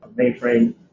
mainframe